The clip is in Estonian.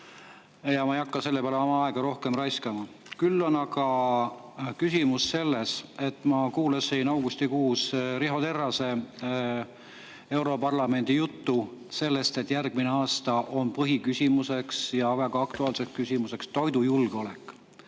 on. Ma ei hakka selle peale oma aega rohkem raiskama. Küll on aga küsimus selline. Ma kuulasin augustikuus Riho Terrase europarlamendiga [seotud] juttu sellest, et järgmisel aastal on põhiküsimus, väga aktuaalne küsimus toidujulgeolek.